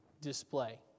display